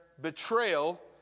betrayal